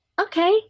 okay